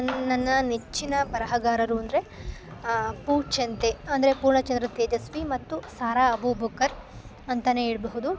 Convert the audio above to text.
ನನ್ನ ನೆಚ್ಚಿನ ಬರಹಗಾರರು ಅಂದರೆ ಪೂಚಂತೇ ಅಂದರೆ ಪೂರ್ಣಚಂದ್ರ ತೇಜಸ್ವಿ ಮತ್ತು ಸಾರಾ ಅಬೂಬಕ್ಕರ್ ಅಂತ ಹೇಳ್ಬಹುದು